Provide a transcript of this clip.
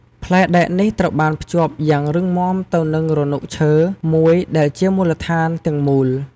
ផ្លែដែកនេះត្រូវបានភ្ជាប់យ៉ាងរឹងមាំទៅនឹងរនុកឈើមួយដែលជាមូលដ្ឋានទាំងមូល។